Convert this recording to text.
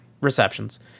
receptions